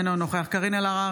אינו נוכח קארין אלהרר,